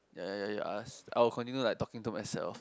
ya ya ya ask I'll continue like talking to myself